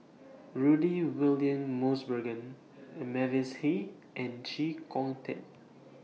Rudy William Mosbergen Mavis Hee and Chee Kong Tet